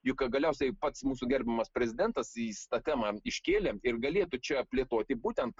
juk galiausiai pats mūsų gerbiamas prezidentas jis tą temą iškėlė ir galėtų čia plėtoti būtent